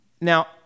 Now